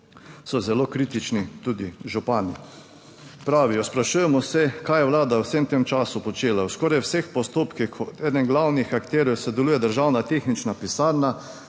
so zelo kritični tudi župani. Pravijo: sprašujemo se, kaj je Vlada v vsem tem času počela. V skoraj vseh postopkih kot eden glavnih akterjev sodeluje Državna tehnična pisarna,